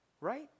right